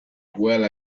well